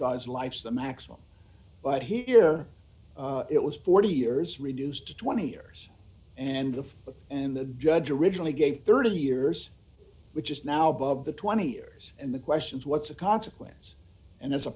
god life's the maximum but here it was forty years reduced to twenty years and the and the judge originally gave thirty years which is now above the twenty years and the question is what's a consequence and a